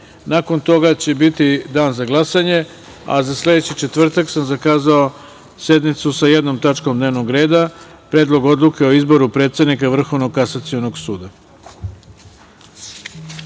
toga će biti dan za glasanje, a za sledeći četvrtak sam zakazao sednicu sa jednom tačkom dnevnog reda – Predlog odluke o izboru predsednika Vrhovnog kasacionog